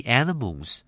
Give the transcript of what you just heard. animals